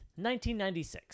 1996